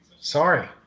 Sorry